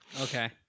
Okay